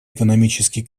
экономический